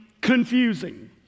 confusing